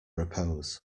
repose